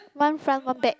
one front one back